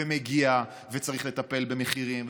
ומגיע וצריך לטפל במחירים,